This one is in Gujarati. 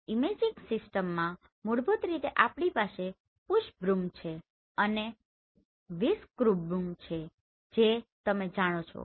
ઇમેજિંગ સિસ્ટમમાં મૂળભૂત રીતે આપણી પાસે પુશબૃમ અને વ્હિસ્કબૃમ છે જે તમે જાણો છો